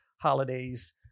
holidays